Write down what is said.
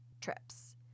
trips